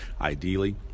Ideally